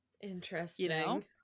Interesting